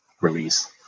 release